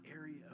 area